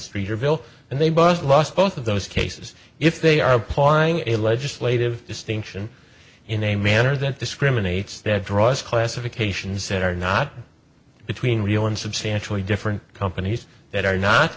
streeterville and they both lost both of those cases if they are applying a legislative distinction in a manner that discriminates that draws classifications that are not between real and substantially different companies that are not